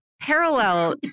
parallel